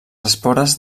espores